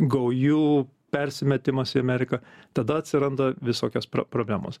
gaujų persimetimas į ameriką tada atsiranda visokios problemos